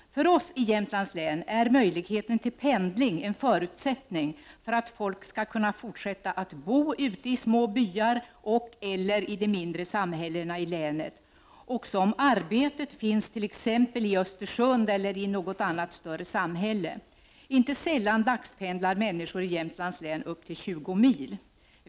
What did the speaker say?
I Jämtlands län är möjligheten till pendling en förutsättning för att folk skall kunna fortsätta att bo ute i små byar och i de mindre samhällena i länet — också om arbetet finns t.ex. i Östersund eller i något annat större samhälle. Inte sällan dagspendlar människor i Jämtlands län upp till 20 mil.